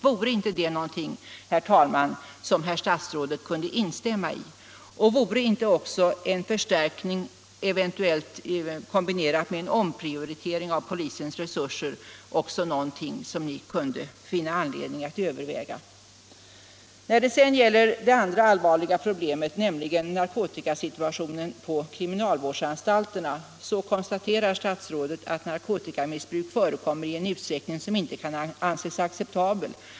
Vore inte det någonting som herr statsrådet kunde instämma i? Och vore inte en förstärkning, eventuellt kombinerad med en omprioritering av polisens resurser, också någonting som ni kunde finna anledning att överväga? När det gäller det andra allvarliga problemet, narkotikasituationen på kriminalvårdsanstalterna, konstaterar statsrådet att narkotikamissbruk förekommer i en utsträckning som inte kan anses acceptabel.